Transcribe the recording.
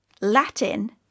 Latin